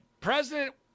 President